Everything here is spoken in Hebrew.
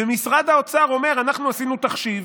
ומשרד האוצר אומר: אנחנו עשינו תחשיב,